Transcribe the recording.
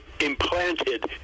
implanted